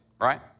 right